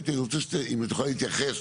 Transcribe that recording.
אם תוכל להתייחס,